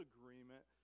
Agreement